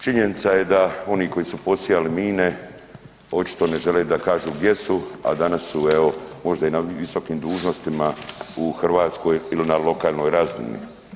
Činjenica je da oni koji su posijali mine očito ne žele da kažu gdje su, a danas su evo možda i na visokim dužnostima u Hrvatskoj ili na lokalnoj razini.